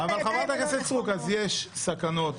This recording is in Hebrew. אבל חברת הכנסת סטרוק, יש סכנות.